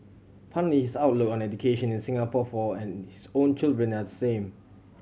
funnily his outlook on education in Singapore for and his own children are the same